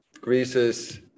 Greece's